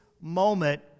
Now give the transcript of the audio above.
moment